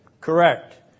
Correct